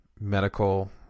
medical